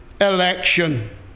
election